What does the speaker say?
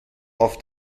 auf